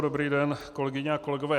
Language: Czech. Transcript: Dobrý den, kolegyně a kolegové.